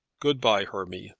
good-by, hermy,